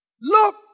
look